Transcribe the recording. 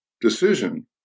decision